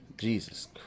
Jesus